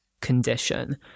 condition